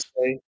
say